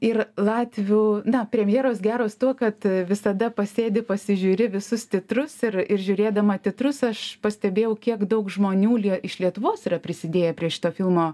ir latvių premjeros geros tuo kad visada pasėdi pasižiūri visus titrus ir ir žiūrėdama titrus aš pastebėjau kiek daug žmonių iš lietuvos yra prisidėję prie šito filmo